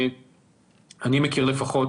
שאני מכיר לפחות,